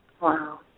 Wow